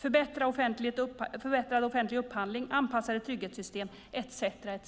Vidare står det om förbättrad offentlig upphandling, anpassade trygghetssystem etcetera.